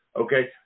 okay